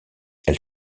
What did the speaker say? elle